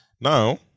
Now